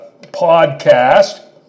podcast